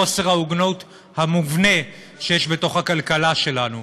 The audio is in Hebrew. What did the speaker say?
ולהסתכל על חוסר ההוגנות המובנה שיש בתוך הכלכלה שלנו.